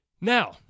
now